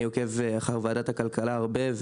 אני עוקב אחר ועדת הכלכלה הרבה,